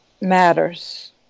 matters